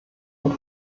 und